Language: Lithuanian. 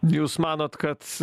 jūs manot kad